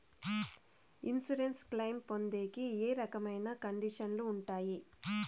Insurance claim పొందేకి ఏ రకమైన కండిషన్లు ఉంటాయి?